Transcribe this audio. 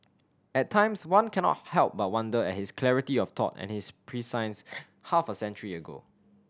at times one cannot help but wonder at his clarity of thought and his prescience half a century ago